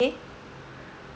K